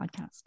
podcast